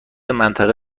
منطقه